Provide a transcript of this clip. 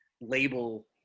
label